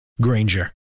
Granger